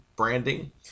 branding